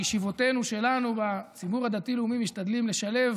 וישיבותינו שלנו והציבור הדתי-לאומי משתדלים לשלב